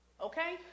okay